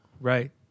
Right